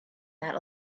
that